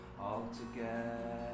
altogether